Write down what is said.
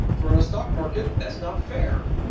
if we're in a stock market, that's not fair.